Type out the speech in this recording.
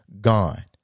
gone